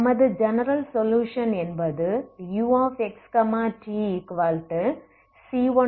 நமது general solution என்பது uxtc1x ctc2xct ஆகும்